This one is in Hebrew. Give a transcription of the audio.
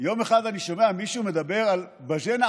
יום אחד אני שומע מישהו מדבר על באז'ינא